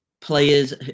Players